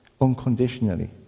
unconditionally